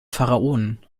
pharaonen